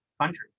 country